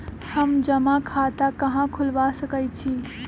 हम जमा खाता कहां खुलवा सकई छी?